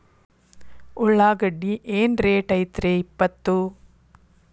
ಉಳ್ಳಾಗಡ್ಡಿ ಏನ್ ರೇಟ್ ಐತ್ರೇ ಇಪ್ಪತ್ತು?